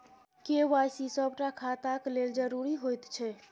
KYC सभटा खाताक लेल जरुरी होइत छै